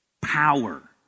power